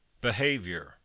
Behavior